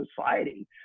society